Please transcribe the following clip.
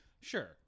sure